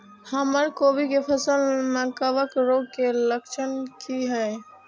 हमर कोबी के फसल में कवक रोग के लक्षण की हय?